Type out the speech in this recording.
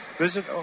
visit